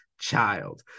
child